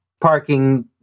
parking